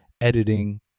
editing